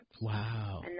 Wow